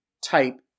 type